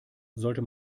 sollte